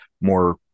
more